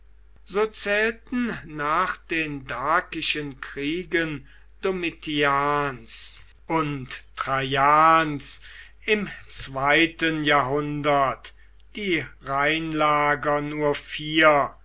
so zählten nach den dakischen kriegen domitians und traians im zweiten jahrhundert die rheinlager nur vier